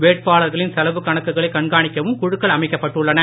வேட்பாளர்களின் செலவுக் கணக்குகளை கண்காணிக்கவும் குழுக்கள் அமைக்கப்பட்டுள்ளன